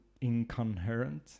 incoherent